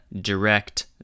direct